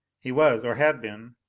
he was, or had been,